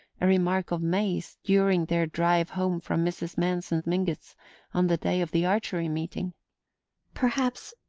a remark of may's during their drive home from mrs. manson mingott's on the day of the archery meeting perhaps,